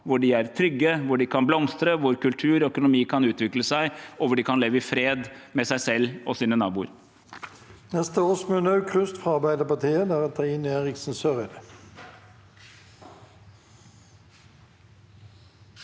hvor de er trygge, hvor de kan blomstre, hvor kultur og økonomi kan utvikle seg, og hvor de kan leve i fred med seg selv og sine naboer.